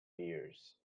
years